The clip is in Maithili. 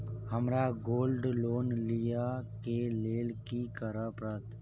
हमरा गोल्ड लोन लिय केँ लेल की करऽ पड़त?